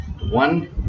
one